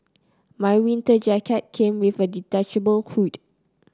my winter jacket came with a detachable hood